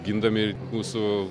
gindami mūsų